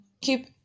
keep